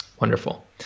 Wonderful